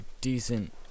decent